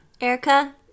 Erica